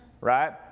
right